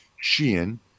Sheehan